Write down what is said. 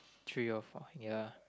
three or four ya